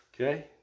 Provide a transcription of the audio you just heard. okay